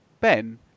Ben